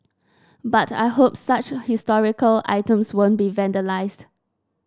but I hope such historical items won't be vandalised